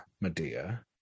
Medea